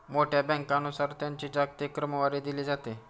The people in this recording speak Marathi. मोठ्या बँकांनुसार त्यांची जागतिक क्रमवारी दिली जाते